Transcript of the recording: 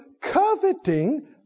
coveting